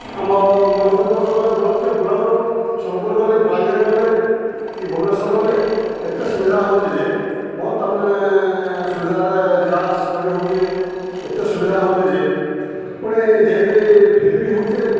ଆମ ମୋ ଲକ୍ଷ୍ମୀ ବସ୍ରେ ଗଲେ ବ୍ଲକ୍କେ ବ୍ଲକ୍ରୁ ସୋନ୍ପୁର୍ ଗଲେ ବଲାଙ୍ଗୀର୍ ଗଲେ କି ଭୁବନେଶ୍ୱର୍ ଗଲେ ଏତେ ସୁବିଧା ହଉଚେ ଯେ ବହୁତ୍ ତା'ମାନେ ସୁବିଧାରେ ଯା ଆସ୍ କରି ହଉଚେ ଏତେ ସୁବିଧା ହଉଚେ ଯେ ପୁଣି ଯାଇକିରି ଫିରି ବି ହଉଚେ